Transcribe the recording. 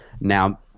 now